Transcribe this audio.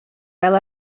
fel